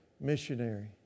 missionary